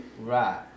Right